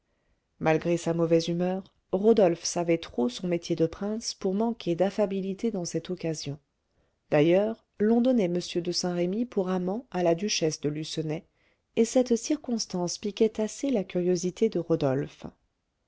malgré sa mauvaise humeur rodolphe savait trop son métier de prince pour manquer d'affabilité dans cette occasion d'ailleurs l'on donnait m de saint-remy pour amant à la duchesse de lucenay et cette circonstance piquait assez la curiosité de rodolphe